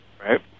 right